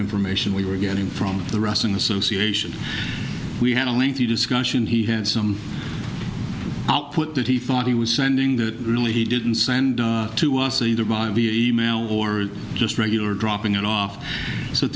information we were getting from the restaurant association we had a lengthy discussion he had some output that he thought he was sending that really he didn't send to us via e mail or just regular dropping it off so at